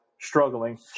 struggling